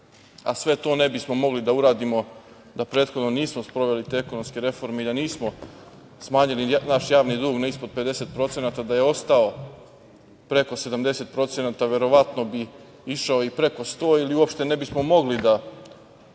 a sve to ne bismo mogli da uradimo da prethodno nismo sproveli te ekonomske reforme i da nismo smanjili naš javni dug na ispod 50%, da je ostao preko 70% verovatno bi išao i preko 100 ili uopšte ne bismo mogli da